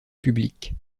public